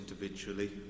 individually